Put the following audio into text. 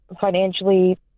financially